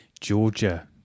Georgia